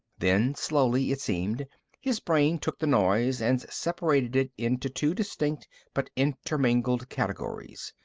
then, slowly, it seemed his brain took the noise and separated it into two distinct but intermingled categories,